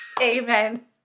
Amen